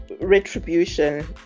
Retribution